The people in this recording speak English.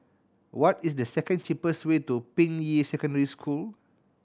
what is the second cheapest way to Ping Yi Secondary School